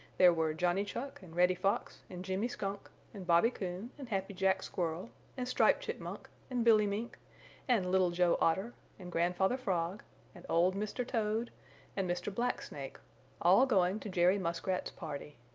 there were johnny chuck and reddy fox and jimmy skunk and bobby coon and happy jack squirrel and striped chipmunk and billy mink and little joe otter and grandfather frog and old mr. toad and mr. blacksnake all going to jerry muskrat's party.